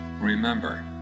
Remember